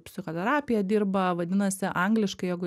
psichoterapija dirba vadinasi angliškai jeigu